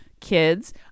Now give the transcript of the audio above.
kids